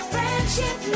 Friendship